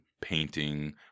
painting